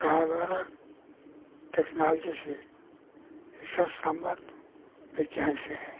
पर्यावरण टेकनालजी से इसका संबंध विज्ञान से है